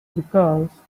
because